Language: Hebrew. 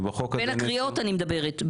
בין הקריאות אני מדברת.